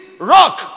rock